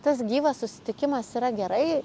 tas gyvas susitikimas yra gerai